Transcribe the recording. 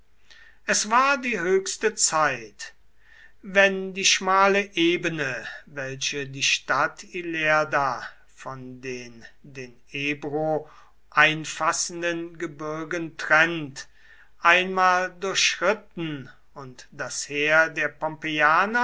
es war die höchste zeit wenn die schmale ebene welche die stadt ilerda von den den ebro einfassenden gebirgen trennt einmal durchschritten und das heer der